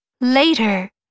later